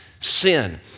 sin